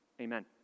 Amen